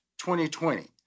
2020